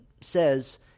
says